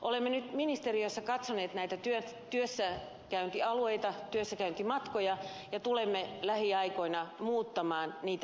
olemme nyt ministeriössä katsoneet näitä työssäkäyntialueita ja työssäkäyntimatkoja ja tulemme lähiaikoina muuttamaan niitä määräyksiä